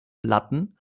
noten